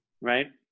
Right